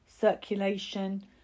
circulation